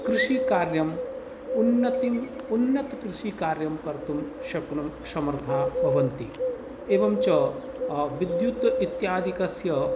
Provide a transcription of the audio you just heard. कृषिकार्यम् उन्नतं कृषिकार्यं कर्तृं शक्नुं समर्थाः भवन्ति एवं च विद्युत् इत्यादिकस्य